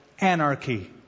anarchy